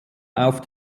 auf